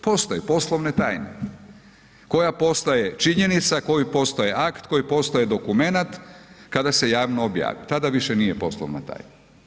Postoje, poslovne tajne, koji postaje činjenica, koji postaje akt, koji postaje dokument kada se javno objavi, tada više nije poslovna tajna.